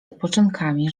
odpoczynkami